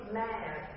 mad